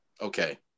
okay